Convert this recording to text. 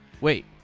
Wait